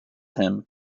him